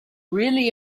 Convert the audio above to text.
really